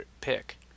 pick